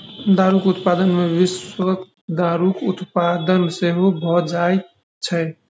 दारूक उत्पादन मे विषाक्त दारूक उत्पादन सेहो भ जाइत छै